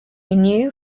new